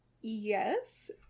Yes